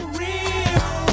real